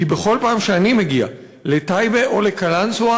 כי בכל פעם שאני מגיע לטייבה או לקלנסואה